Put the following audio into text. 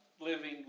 living